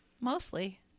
Mostly